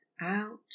out